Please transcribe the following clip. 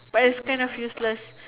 but is kind of useless